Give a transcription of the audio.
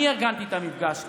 אני ארגנתי את המפגש.